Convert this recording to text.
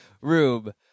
room